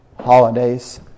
holidays